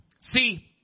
See